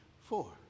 four